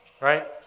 right